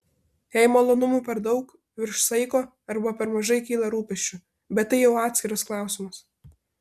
jei malonumų per daug virš saiko arba per mažai kyla rūpesčių bet tai jau atskiras klausimas